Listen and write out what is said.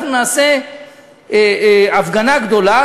אנחנו נעשה הפגנה גדולה,